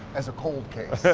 as a cold case.